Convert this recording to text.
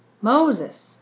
Moses